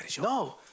No